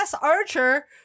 archer